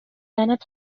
دیدنت